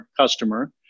customer